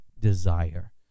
desire